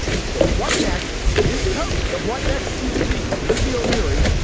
so what next? is the host of what next tbd. lizzie o'leary,